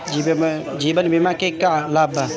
जीवन बीमा के का लाभ बा?